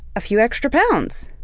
a few extra pounds,